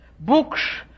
Books